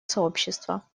сообщества